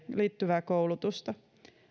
liittyvää koulutusta